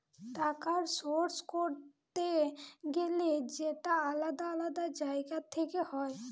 টাকার সোর্স করতে গেলে সেটা আলাদা আলাদা জায়গা থেকে হয়